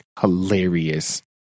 hilarious